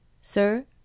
Sir